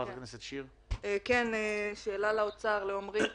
שאלה לעמרי ממשרד האוצר.